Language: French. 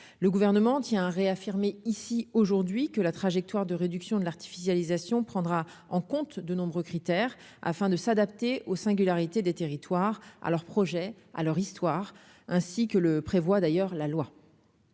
le gouvernement tient à réaffirmer ici aujourd'hui que la trajectoire de réduction de l'artificialisation prendra en compte de nombreux critères afin de s'adapter aux singularités des territoires à leur projet à leur histoire, ainsi que le prévoit d'ailleurs la loi,